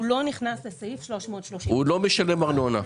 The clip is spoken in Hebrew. הוא לא נכנס לסעיף 330. הוא לא משלם ארנונה.